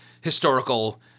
historical